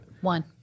One